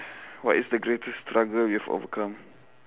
what is the greatest struggle you have overcome